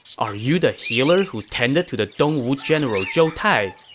are you the healer who tended to the dongwu general zhou tai?